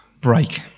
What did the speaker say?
break